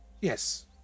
Yes